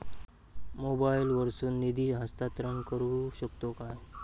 मोबाईला वर्सून निधी हस्तांतरण करू शकतो काय?